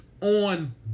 on